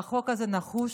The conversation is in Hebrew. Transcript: והחוק הזה נחוץ,